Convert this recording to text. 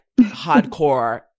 hardcore